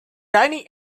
dining